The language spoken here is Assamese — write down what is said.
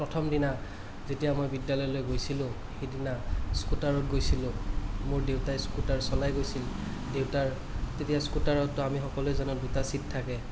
প্ৰথম দিনা যেতিয়া মই বিদ্য়ালয়লৈ গৈছিলো সেইদিনা স্কুটাৰত গৈছিলোঁ মোৰ দেউতাই স্কুটাৰ চলাই গৈছিল দেউতাৰ তেতিয়া স্কুটাৰততো আমি সকলোৱে জনাত দুটা ছীট থাকে